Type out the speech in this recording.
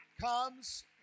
comes